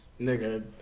nigga